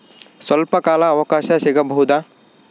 ಸ್ವಲ್ಪ ಕಾಲ ಅವಕಾಶ ಸಿಗಬಹುದಾ?